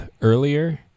earlier